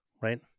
right